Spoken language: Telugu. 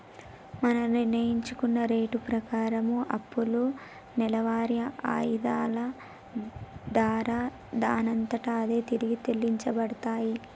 మనం నిర్ణయించుకున్న రేటు ప్రకారం అప్పులు నెలవారి ఆయిధాల దారా దానంతట అదే తిరిగి చెల్లించబడతాయి